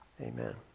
amen